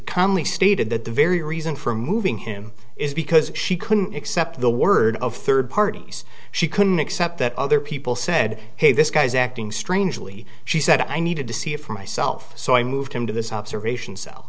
calmly stated that the very reason for moving him is because she couldn't accept the word of third parties she couldn't accept that other people said hey this guy is acting strangely she said i needed to see it for myself so i moved him to this observation